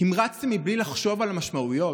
תמרצתם מבלי לחשוב על המשמעויות.